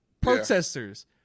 protesters